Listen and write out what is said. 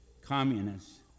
communists